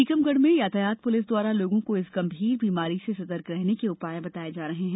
टीकमगढ़ में यातायात पुलिस द्वारा लोगों को इस गंभीर बीमारी से सतर्क रहने के उपाय बताये जा रहे हैं